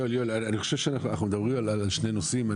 יואל, אני חושב שאנחנו מדברים על שני נושאים.